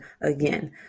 again